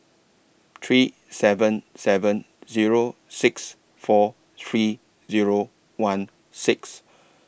three seven seven Zero six four three Zero one six